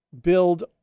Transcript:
build